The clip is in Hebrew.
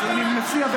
אז אני מציע,